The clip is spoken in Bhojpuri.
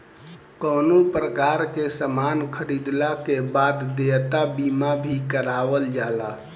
कवनो प्रकार के सामान खरीदला के बाद देयता बीमा भी करावल जाला